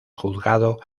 juzgado